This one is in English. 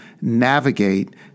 navigate